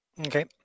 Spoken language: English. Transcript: Okay